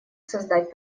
создать